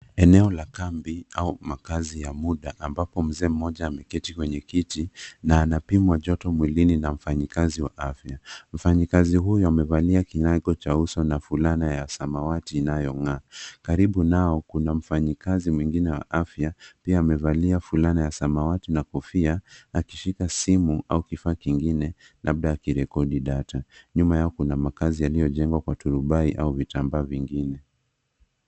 Eneo la kambi au makazi ya muda ambapo mzee mmoja ameketi kwenye kiti na anapimwa joto mwilini na mfanyikazi wa afya. Mfanyikazi huyu amevalia kinyago cha uso na fulana ya samawati inayong'aa. Karibu nao kuna mfanyikazi mwingine wa afya pia amevalia fulana ya samawati na kofia akishika simu au kifaa kingine labda akirekodi data. Nyuma yao kuna makazi yaliyojengwa kwa turubai au vitamba vingine.